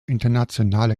internationale